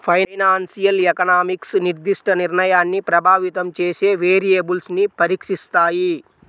financial economics నిర్దిష్ట నిర్ణయాన్ని ప్రభావితం చేసే వేరియబుల్స్ను పరీక్షిస్తాయి